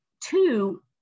two